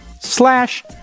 slash